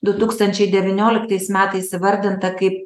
du tūkstančiai devynioliktais metais įvardinta kaip